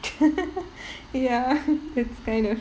ya that's kind of